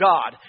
God